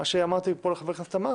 אמרתי לחבר הכנסת עמאר